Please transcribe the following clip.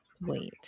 Wait